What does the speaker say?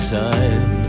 time